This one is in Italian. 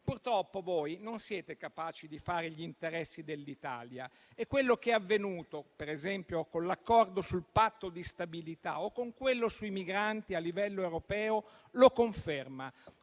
Purtroppo voi non siete capaci di fare gli interessi dell'Italia e quello che è avvenuto, per esempio, con l'accordo sul Patto di stabilità o con quello sui migranti a livello europeo lo conferma.